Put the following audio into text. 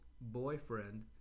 boyfriend